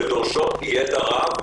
שדורשים ידע רב,